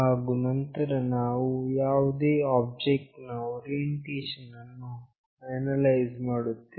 ಹಾಗು ನಂತರ ನಾವು ಯಾವುದೇ ಆಬ್ಜೆಕ್ಟ್ ನ ಓರಿಯೆಂಟೇಷನ್ ಅನ್ನು ಅನಲೈಸ್ ಮಾಡುತ್ತೇವೆ